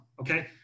Okay